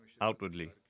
outwardly